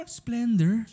splendor